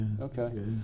Okay